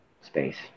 space